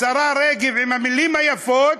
השרה רגב עם המילים היפות: